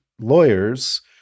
lawyers